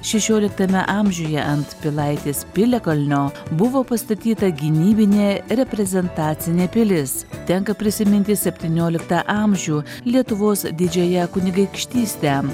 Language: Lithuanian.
šešioliktame amžiuje ant pilaitės piliakalnio buvo pastatyta gynybinė reprezentacinė pilis tenka prisiminti septynioliktą amžių lietuvos didžiąją kunigaikštystę